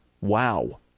Wow